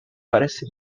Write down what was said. parece